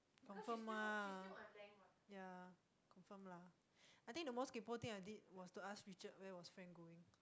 confirm ah yeah confirm lah I think the most kaypo thing I did was to ask Richard where was Frank going